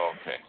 Okay